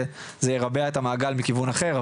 זה ירבע את המעגל בכיוון אחר,